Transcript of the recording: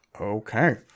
Okay